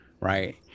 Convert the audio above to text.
Right